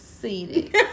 seated